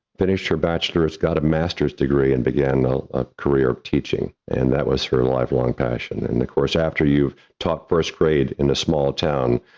finished her bachelor's, got a master's degree, and began ah ah career teaching. and that was her lifelong passion. and of course, after you've taught first grade in a small town,